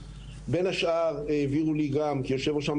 בין השאר העבירו לי כיושב-ראש המועצה.